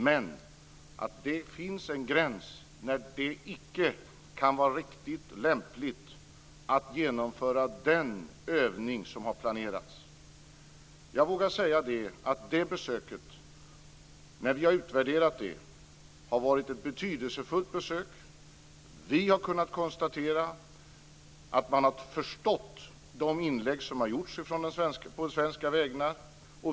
Men det finns en gräns när det icke kan vara riktigt och lämpligt att genomföra den övning som har planerats. När vi har utvärderat besöket har vi ansett att det var ett betydelsefullt besök. Vi har kunnat konstatera att man har förstått de inlägg som har gjorts på svenska vägnar.